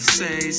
say